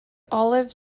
olive